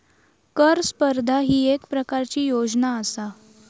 कर स्पर्धा ही येक प्रकारची योजना आसा